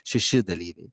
šeši dalyviai